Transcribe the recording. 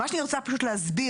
מה שאני רוצה פשוט להסביר,